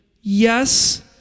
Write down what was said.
Yes